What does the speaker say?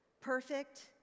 perfect